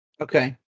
Okay